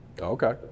Okay